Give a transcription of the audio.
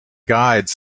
guides